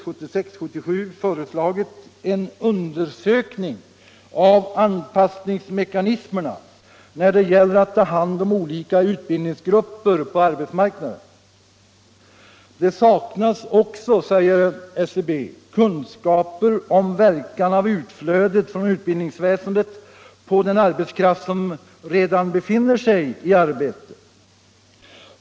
Enligt centralbyrån saknas f.n. tillräckliga kunskaper om anpassningsmekanismerna när det gäller att ta hand om olika utbildningsgrupper på arbetsmarknaden. Det saknas också kunskaper om verkan av utflödet från utbildningsväsendet på den arbetskraft som redan befinner sig i arbete.